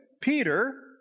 Peter